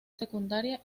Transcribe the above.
secundaria